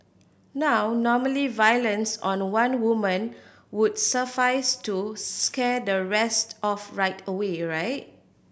now normally violence on one woman would suffice to scare the rest off right away right